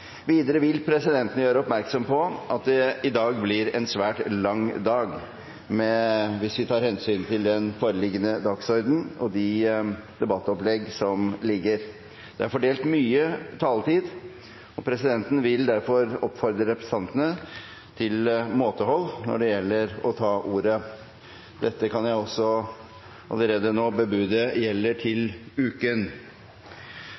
Videre vil presidenten vil gjøre oppmerksom på at i dag blir en svært lang dag hvis vi tar hensyn til den foreliggende dagsordenen og debattoppleggene. Det er fordelt mye taletid, og presidenten vil derfor oppfordre representantene til måtehold når det gjelder å ta ordet. Det kan jeg også allerede nå bebude gjelder til uken.